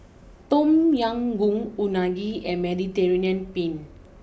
Tom Yam Goong Unagi and Mediterranean Penne